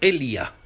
Elia